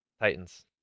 Titans